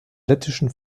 lettischen